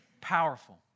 powerful